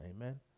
Amen